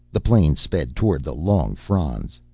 the plane sped toward the long fronds.